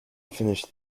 finished